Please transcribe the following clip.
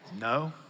No